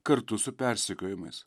kartu su persekiojimais